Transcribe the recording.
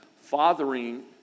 Fathering